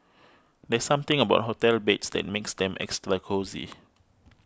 there's something about hotel beds that makes them extra cosy